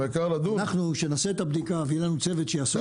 אנחנו שנעשה את הבדיקה ויהיה לנו צוות שיעסוק בזה,